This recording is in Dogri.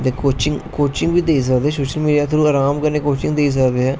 ते कोचिंग बी देई सकदे सोशल मिडिया दे थ्रू आराम कन्नै कोचिंग देई सकदे